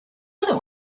other